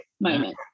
moment